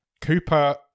Cooper